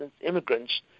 immigrants